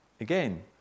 Again